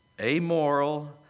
amoral